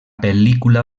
pel·lícula